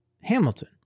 Hamilton